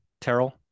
Terrell